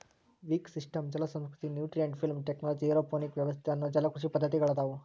wick system ಜಲಸಂಸ್ಕೃತಿ, nutrient film technology, aeroponic ವ್ಯವಸ್ಥೆ ಅನ್ನೋ ಜಲಕೃಷಿ ಪದ್ದತಿಗಳದಾವು